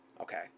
okay